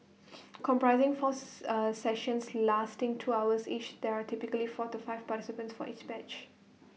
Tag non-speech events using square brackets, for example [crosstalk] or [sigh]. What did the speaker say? [noise] comprising fourth A sessions lasting two hours each there are typically four to five participants for each batch